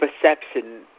perception